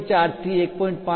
4 થી 1